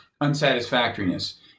unsatisfactoriness